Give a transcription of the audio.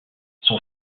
son